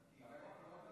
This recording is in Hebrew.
חבריי חברי